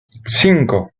cinco